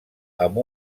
amb